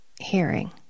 hearing